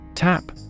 Tap